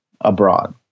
abroad